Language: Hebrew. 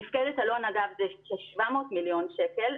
מפקדת אלון, אגב, זה כ-700 מיליון שקל.